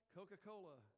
Coca-Cola